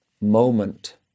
moment